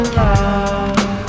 love